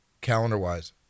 calendar-wise